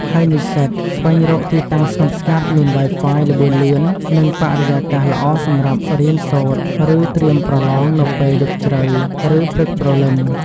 ហើយនិស្សិត ស្វែងរកទីតាំងស្ងប់ស្ងាត់ មាន Wi-Fi ល្បឿនលឿន និងបរិយាកាសល្អសម្រាប់រៀនសូត្រ ឬត្រៀមប្រឡងនៅពេលយប់ជ្រៅ ឬព្រឹកព្រលឹម។